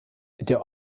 der